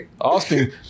Austin